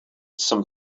some